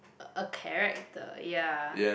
a a character ya